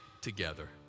together